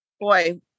Boy